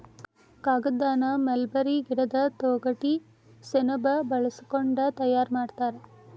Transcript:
ಕಾಗದಾನ ಮಲ್ಬೇರಿ ಗಿಡದ ತೊಗಟಿ ಸೆಣಬ ಬಳಸಕೊಂಡ ತಯಾರ ಮಾಡ್ತಾರ